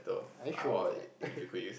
are you sure about that